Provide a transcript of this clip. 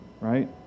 right